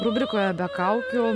rubrikoje be kaukių